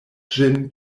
ĝin